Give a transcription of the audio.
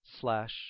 slash